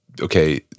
okay